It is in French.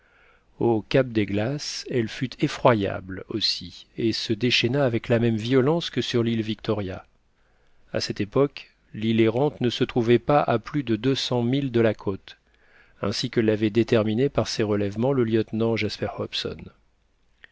au cap des glaces elle fut effroyable aussi et se déchaîna avec la même violence que sur l'île victoria à cette époque l'île errante ne se trouvait pas à plus de deux cents milles de la côte ainsi que l'avait déterminé par ses relèvements le lieutenant jasper hobson